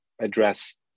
address